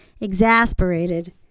Exasperated